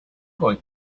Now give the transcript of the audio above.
going